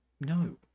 no